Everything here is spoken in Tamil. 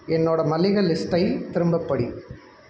என்னோட மளிகை லிஸ்ட்டை திரும்ப படி